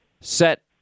set